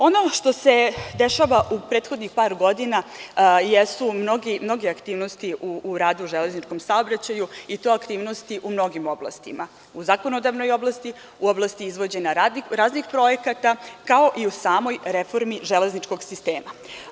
Ono što se dešavalo u prethodnih par godina jesu mnoge aktivnosti u radu u železničkom saobraćaju i to aktivnosti u mnogim oblastima, u zakonodavnoj oblasti, u oblasti izvođenja raznih projekata, kao i u samoj reformi železničkog sistema.